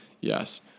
yes